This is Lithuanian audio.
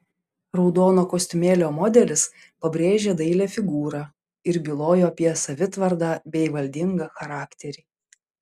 raudono kostiumėlio modelis pabrėžė dailią figūrą ir bylojo apie savitvardą bei valdingą charakterį